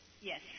Yes